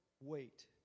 wait